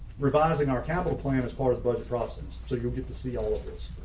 revising our capital plan as far as budget process, so you'll get to see all of this.